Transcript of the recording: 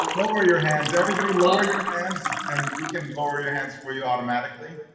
ah lower your hands everybody lower your hands and we can lower your hands for you automatically,